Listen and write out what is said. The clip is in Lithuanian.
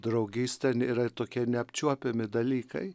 draugystę yra tokie neapčiuopiami dalykai